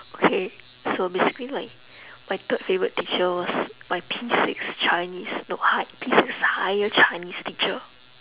okay so basically like my third favourite teacher was my P six chinese no high P six higher chinese teacher